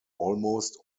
almost